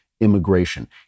immigration